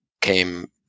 came